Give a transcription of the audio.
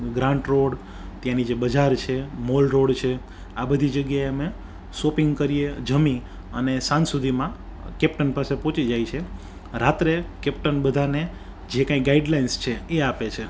grant Road ત્યાંની જે બજાર છે મોલ રોડ છે આ બધી જગ્યાએ અમે શોપિંગ કરીએ જમી અને સાંજ સુધીમાં કેપ્ટન પાસે પહોંચી જાય છે રાત્રે કેપ્ટન બધાને જે કંઈ ગાઈડલાઈન્સ છે એ આપે છે